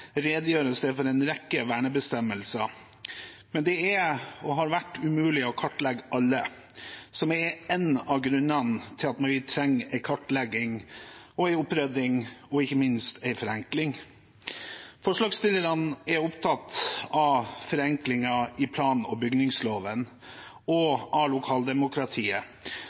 redegjøres det for en rekke vernebestemmelser, men det er og har vært umulig å kartlegge alle, som er en av grunnene til at vi trenger en kartlegging og en opprydding og – ikke minst – en forenkling. Forslagsstillerne er opptatt av forenklinger i plan- og bygningsloven og av lokaldemokratiet.